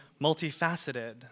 multifaceted